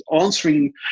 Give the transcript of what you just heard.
answering